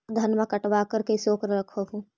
धनमा कटबाकार कैसे उकरा रख हू?